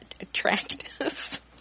attractive